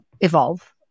evolve